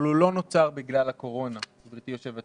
אבל הוא לא נוצר בגלל הקורונה אלא